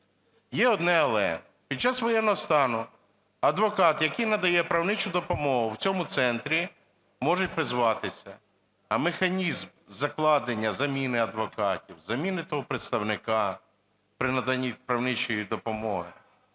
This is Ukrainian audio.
є одне але. Під час воєнного стану адвокат, який надає правничу допомогу в цьому центрі, може призватися. А механізм закладення заміни адвокатів, заміни того представника при наданні правничої допомоги,